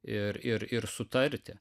ir ir ir sutarti